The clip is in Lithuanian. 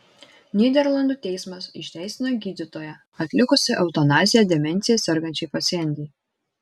nyderlandų teismas išteisino gydytoją atlikusį eutanaziją demencija sergančiai pacientei